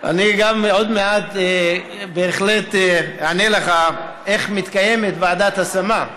אני גם עוד מעט בהחלט אענה לך איך מתקיימת ועדת השמה,